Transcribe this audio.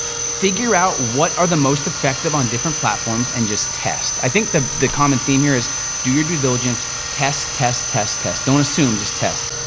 figure out what are the most effective on different platforms, and just test. i think the the common theme here is do your due diligence, test, test, test, test. don't assume, just test.